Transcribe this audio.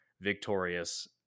victorious